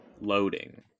loading